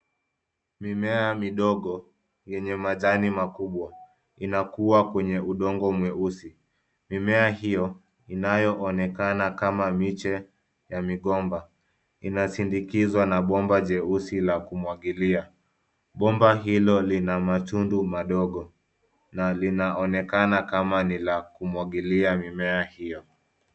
Mimea midogo yenye majani makubwa, inakuwa kwenye udongo mweusi. Mimea hiyo inayoonekana kama miche ya migomba inasindikizwa na bomba jeusi la kumwagilia. Bomba hilo lina matundu madogo na linaonekana kama ni lakumwagilia mimea hiyo.